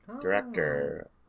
Director